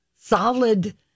solid